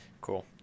Cool